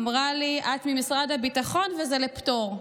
אמרה לי: את ממשרד הביטחון וזה לפטור.